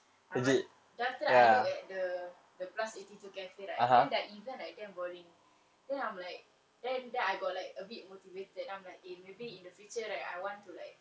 I want then after that I look at the the plus eighty two cafe right then their event like damn boring then I'm like then then I got like a bit motivated I'm like eh maybe in the future right I want to like